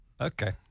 Okay